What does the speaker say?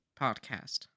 podcast